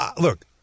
look